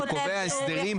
הוא קובע הסדרים,